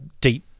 deep